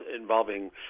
involving